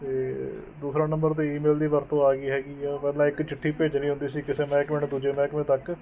ਅਤੇ ਦੂਸਰਾ ਨੰਬਰ 'ਤੇ ਈ ਮੇਲ ਦੀ ਵਰਤੋਂ ਆ ਗਈ ਹੈਗੀ ਆ ਪਹਿਲਾਂ ਇੱਕ ਚਿੱਠੀ ਭੇਜਣੀ ਹੁੰਦੀ ਸੀ ਕਿਸੇ ਮਹਿਕਮੇ ਨੂੰ ਦੂਜੇ ਮਹਿਕਮੇ ਤੱਕ